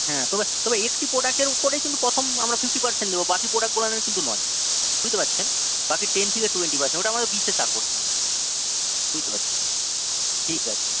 হ্যাঁ তবে তবে একটি প্রোডাক্টের উপরেই কিন্তু প্রথম আমরা ফিফটি পারসেন্ট দেবো বাকি প্রোডাক্টগুলোর কিন্তু নয় বুঝতে পারছেন বাকি টেন থেকে টোয়েন্টি ব্যস ওটা আমাদের বিশেষ আকর্ষণ বুঝতে পারছেন ঠিক আছে